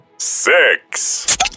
Six